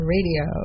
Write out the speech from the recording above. Radio